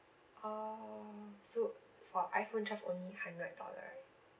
orh so for iPhone twelve only hundred dollar right